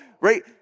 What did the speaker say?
right